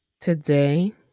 Today